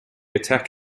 attack